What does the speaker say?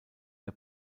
der